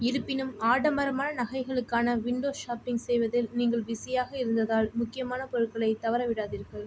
இருப்பினும் ஆடம்பரமான நகைகளுக்கான விண்டோ ஷாப்பிங் செய்வதில் நீங்கள் பிஸியாக இருந்ததால் முக்கியமான பொருட்களை தவறவிடாதீர்கள்